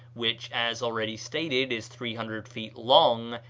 which, as already stated, is three hundred feet long,